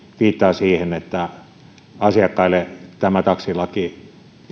viittaa siihen että tämä taksilaki